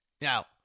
Now